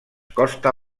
costa